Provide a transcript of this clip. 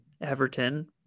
Everton